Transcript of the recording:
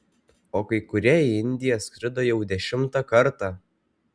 o kai kurie į indiją skrido jau dešimtą kartą